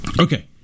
Okay